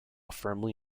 firmly